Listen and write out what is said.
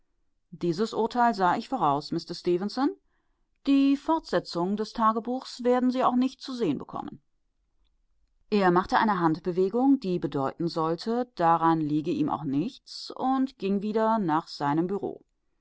dieses urteil sah ich voraus mister stefenson die fortsetzung des tagebuches werden sie auch nicht zu sehen bekommen er machte eine handbewegung die bedeuten sollte daran liege ihm auch nichts und ging wieder nach seinem